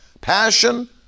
passion